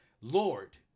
Lord